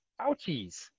Ouchies